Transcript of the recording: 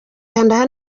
hano